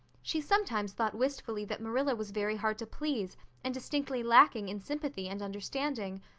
she sometimes thought wistfully that marilla was very hard to please and distinctly lacking in sympathy and understanding.